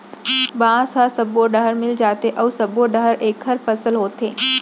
बांस ह सब्बो डहर मिल जाथे अउ सब्बो डहर एखर फसल होथे